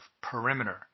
perimeter